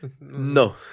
No